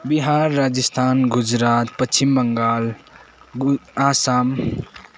बिहार राजस्थान गुजरात पश्चिम बङ्गाल गु आसाम